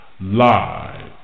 Live